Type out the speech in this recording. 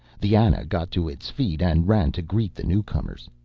the ana got to its feet and ran to greet the newcomers.